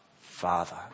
father